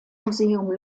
museum